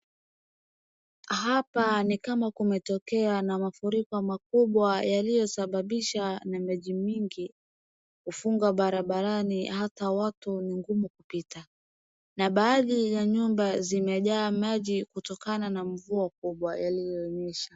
Hapa ni kama kumetokea na mafuriko makubwa yaliyosababisha na maji mingi kufunga barabarani hata watu ni ngumu kupita. Na baadhi ya nyumba zimejaa maji kutokana na mvua kubwa yaliyonyesha.